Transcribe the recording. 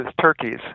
turkeys